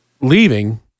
leaving